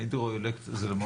ההידרואלקטרי הזה,